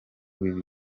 w’ibi